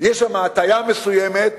יש שם הטיה מסוימת,